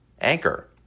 Anchor